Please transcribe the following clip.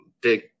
big